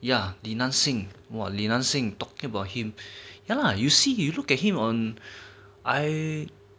ya li nanxing !wah! li nanxing talking about him ya you see you look at him on I